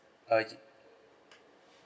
all right